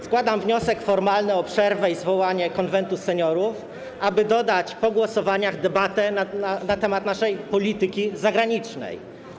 Składam wniosek formalny o przerwę i zwołanie Konwentu Seniorów, aby dodać po głosowaniach debatę na temat naszej polityki zagranicznej.